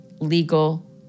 legal